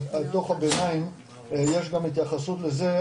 דוח הביניים יש גם התייחסות לזה,